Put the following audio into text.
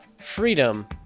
freedom